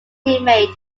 teammate